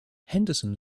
henderson